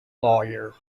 lawyer